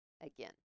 again